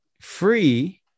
free